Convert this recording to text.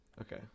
Okay